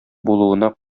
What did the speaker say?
булуына